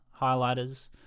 highlighters